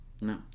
No